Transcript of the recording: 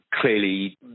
Clearly